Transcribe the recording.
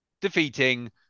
defeating